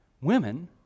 Women